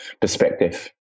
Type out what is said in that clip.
perspective